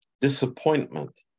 disappointment